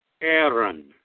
Aaron